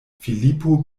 filipo